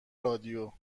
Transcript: رادیو